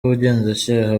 ubugenzacyaha